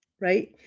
Right